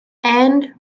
and